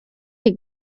iyi